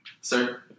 Sir